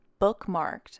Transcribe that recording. bookmarked